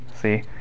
see